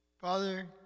Father